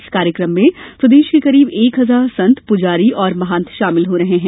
इस कार्यक्रम में प्रदेश के करीब एक हजार संत पुजारी और महंत शामिल हो रहे हैं